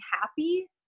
happy